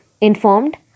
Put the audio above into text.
informed